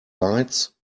lights